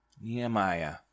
Nehemiah